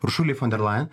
uršulei fonderlajan